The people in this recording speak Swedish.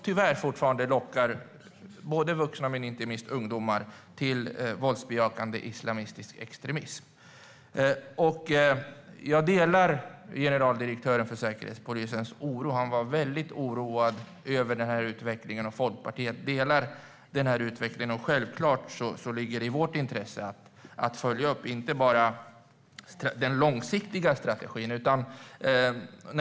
Tyvärr lockar detta vuxna men inte minst ungdomar till våldsbejakande islamistisk extremism. Jag delar den oro som generaldirektören för Säkerhetspolisen framför. Han var mycket oroad över denna utveckling. Folkpartiet delar denna oro. Självklart ligger det i vårt intresse att följa upp inte bara den långsiktiga strategin.